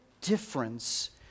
difference